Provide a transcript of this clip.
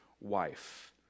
wife